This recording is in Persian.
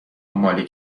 مال